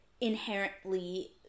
inherently